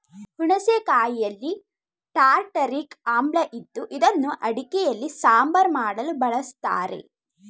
ಹುಣಸೆ ಕಾಯಿಯಲ್ಲಿ ಟಾರ್ಟಾರಿಕ್ ಆಮ್ಲ ಇದ್ದು ಇದನ್ನು ಅಡುಗೆಯಲ್ಲಿ ಸಾಂಬಾರ್ ಮಾಡಲು ಬಳಸ್ತರೆ